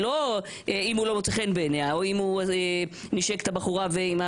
לא אם הוא לא מוצא חן בעיניה או אם הוא נישק את הבחורה בפה.